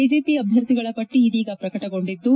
BJP ಅಭ್ಯರ್ಥಿಗಳ ಪಟ್ಟ ಇದೀಗ ಪ್ರಕಟಗೊಂಡಿದ್ದು